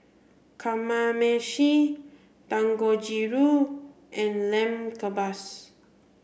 Kamameshi Dangojiru and Lamb Kebabs